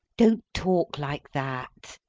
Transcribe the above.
don't talk like that.